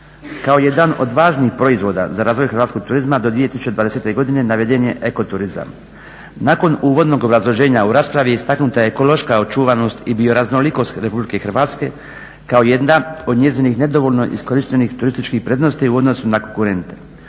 Kao jedan od važnih proizvoda za razvoj hrvatskog turizma do 2020. godine naveden je eko turizam. Nakon uvodnog obrazloženja u raspravi istaknuta je ekološka očuvanost i bioraznolikost Republike Hrvatske kao jedna od njezinih nedovoljno iskorištenih turističkih prednosti u odnosu na konkurente.